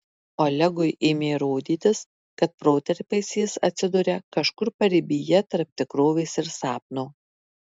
olegui ėmė rodytis kad protarpiais jis atsiduria kažkur paribyje tarp tikrovės ir sapno